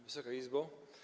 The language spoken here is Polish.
Wysoka Izbo!